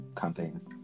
campaigns